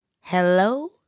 Hello